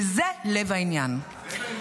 וזה לב העניין.